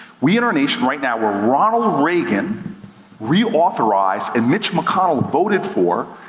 we, in our nation right now, where ronald regan reauthorized and mitch mcconnell voted for,